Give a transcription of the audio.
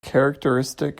characteristic